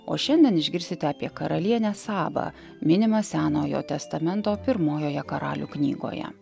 o šiandien išgirsite apie karalienę sabą minimą senojo testamento pirmojoje karalių knygoje